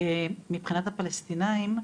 מבחינת הפלשתינאים,